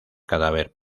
cadáver